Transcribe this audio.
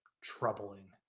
troubling